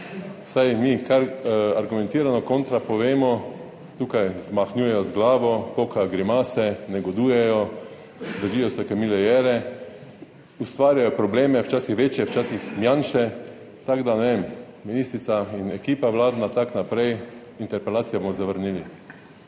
saj mi, kar argumentirano kontra povemo. Tukaj zmahnjujejo z glavo, pokajo grimase, negodujejo, držijo se kot mile Jere. Ustvarjajo probleme, včasih več, včasih manjše, tako da, ne vem. Ministrica in ekipa vladna, tako naprej. Interpelacijo bomo zavrnili.